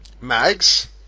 Mags